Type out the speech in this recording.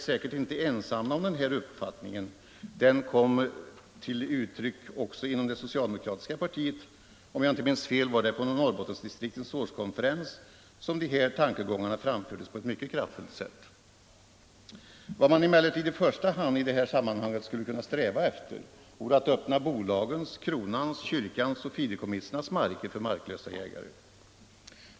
Vi är inte ensamma om denna uppfattning; den har t.ex. kommit till uttryck också inom det socialdemokratiska partiet. Om jag inte minns fel var det vid Norrbottendistriktets årskonferens som dessa tankegångar framfördes på ett mycket kraftfullt sätt. Vad man emellertid i första hand i det här sammanhanget skulle kunna sträva efter vore att öppna bolagens, kronans, kyrkans och fideikommissens marker för marklösa jägare.